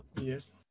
Yes